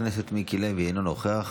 חבר הכנסת מיקי לוי, אינו נוכח.